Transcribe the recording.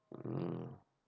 um